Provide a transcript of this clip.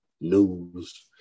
news